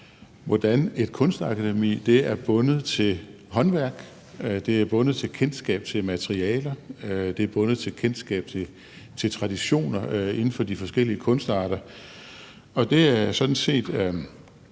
hvordan et kunstakademi er bundet til håndværk, det er bundet til kendskab til materialer, det er bundet til kendskab til traditioner inden for de forskellige kunstarter, og det er jeg sådan set